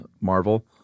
Marvel